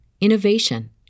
innovation